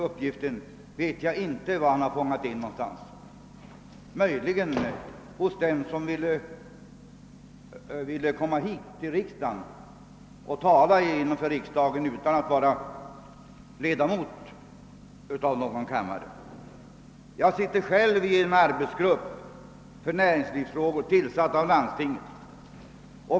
Möjligen har han fått den av den person som ville komma hit och tala inför riksdagen, trots att han inte är ledamot av någondera kammaren. Jag tillhör själv en arbetsgrupp för näringslivsfrågor, vilken har tillsatts av landstinget.